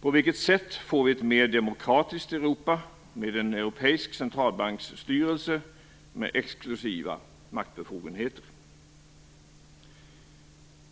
På vilket sätt får vi ett mer demokratiskt Europa med en europeisk centralbanksstyrelse med exlusiva maktbefogenheter?